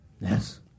Yes